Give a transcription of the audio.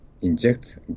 inject